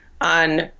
on